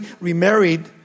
remarried